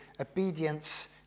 obedience